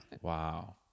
wow